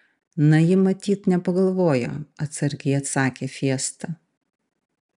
na ji matyt nepagalvojo atsargiai atsakė fiesta